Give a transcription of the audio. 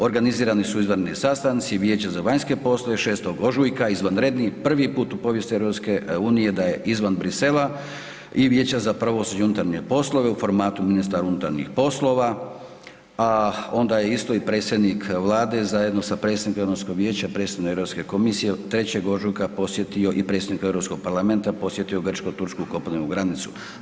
Organizirani su izvanredni sastanci, Vijeće za vanjske poslove 6. ožujka izvanredni, prvi put u povijesti EU da je izvan Bruxellesa i Vijeća za pravosuđe i unutarnje poslove u formatu ministar unutarnjih poslova, a onda je isto i predsjednik Vlade zajedno sa predsjednikom Europskog vijeća, predsjednikom Europske komisije 3. ožujka posjetio i predsjednikom Europskog parlamenta posjetio Grčko – Tursku kopnenu granicu.